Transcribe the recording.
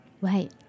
Right